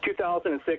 2006